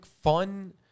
fun